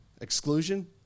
exclusion